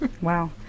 Wow